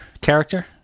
character